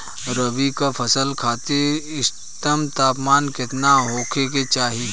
रबी क फसल खातिर इष्टतम तापमान केतना होखे के चाही?